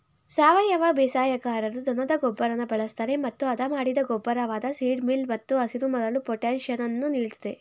ಸಾವಯವ ಬೇಸಾಯಗಾರರು ದನದ ಗೊಬ್ಬರನ ಬಳಸ್ತರೆ ಮತ್ತು ಹದಮಾಡಿದ ಗೊಬ್ಬರವಾದ ಸೀಡ್ ಮೀಲ್ ಮತ್ತು ಹಸಿರುಮರಳು ಪೊಟ್ಯಾಷನ್ನು ನೀಡ್ತದೆ